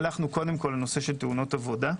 הלכנו קודם כל על הנושא של תאונות עבודה,